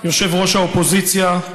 יושב-ראש האופוזיציה,